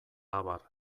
abar